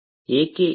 ಯಾಕೆ ಹೀಗೆ